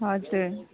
हजुर